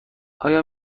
آیا